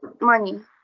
money